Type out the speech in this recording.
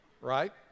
Right